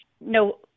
no